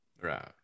Right